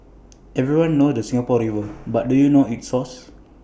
everyone knows the Singapore river but do you know its source